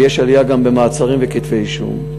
ויש עלייה גם במעצרים ובכתבי אישום.